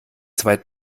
zwei